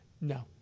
No